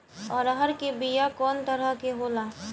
अरहर के बिया कौ तरह के होला?